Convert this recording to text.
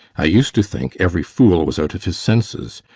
i used to think every fool was out of his senses,